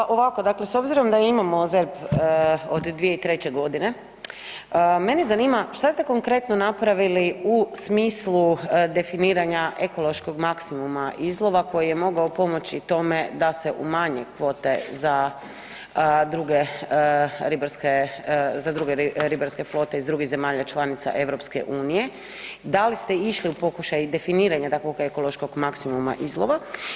Pa ovako dakle s obzirom da imamo ZERP od 2003.g. mene zanima šta ste konkretno napravili u smislu definiranja ekološkog maksimuma izlova koji je mogao pomoći tome da se umanje kvote za druge ribarske, za druge ribarske flote iz drugih zemalja članica EU, da li ste išli u pokušaj definiranja takvog ekološkog maksimuma izlova?